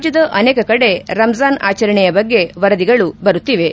ರಾಜ್ಯದ ಅನೇಕ ಕಡೆ ರಂಜಾನ್ ಆಚರಣೆಯ ಬಗ್ಗೆ ವರದಿಗಳು ಬರುತ್ತಿವೆ